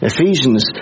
Ephesians